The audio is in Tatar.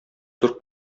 зур